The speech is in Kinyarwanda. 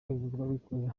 rw’abikorera